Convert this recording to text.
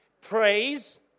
Praise